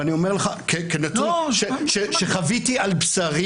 ואני אומר לך כנתון שחוויתי על בשרי,